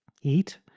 eat